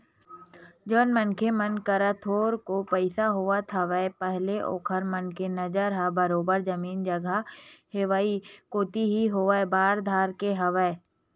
जउन मनखे मन करा थोरको पइसा होवत हवय ताहले ओखर मन के नजर ह बरोबर जमीन जघा लेवई कोती ही होय बर धर ले हवय